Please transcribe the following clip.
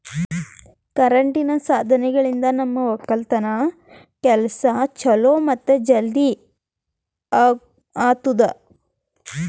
ಕರೆಂಟಿನ್ ಸಾಧನಗಳಿಂದ್ ನಮ್ ಒಕ್ಕಲತನ್ ಕೆಲಸಾ ಛಲೋ ಮತ್ತ ಜಲ್ದಿ ಆತುದಾ